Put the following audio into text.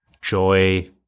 joy